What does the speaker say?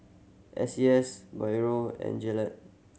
S C S Biore and Gillette